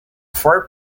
four